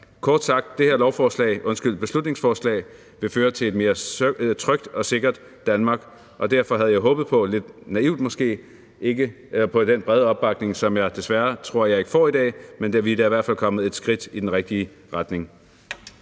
Kort sagt vil det her beslutningsforslag føre til et mere trygt og sikkert Danmark, og derfor havde jeg, lidt naivt måske, håbet på den brede opbakning, som jeg desværre ikke tror jeg får i dag, men vi er da i hvert fald kommet et skridt i den rigtige retning.